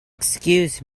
excuse